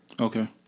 Okay